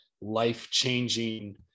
life-changing